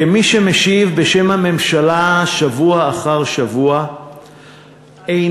כמי שמשיב בשם הממשלה שבוע אחר שבוע אינני